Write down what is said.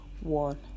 one